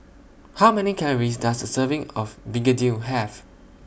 How Many Calories Does A Serving of Begedil Have